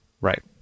Right